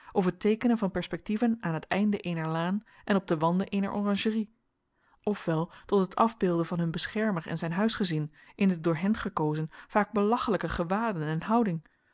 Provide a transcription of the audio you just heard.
of het teekenen van perspectieven aan het einde eener laan en op de wanden eener oranjerie of wel tot het afbeelden van hun beschermer en zijn huisgezin in de door hen gekozen vaak belachelijke gewaden en houding